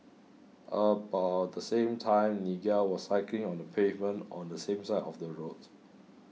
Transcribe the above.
about the same time Nigel was cycling on the pavement on the same side of the road